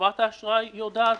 שחברת האשראי יודעת